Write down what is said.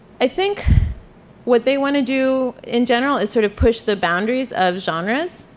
i think what they want to do in general is sort of push the boundaries of genres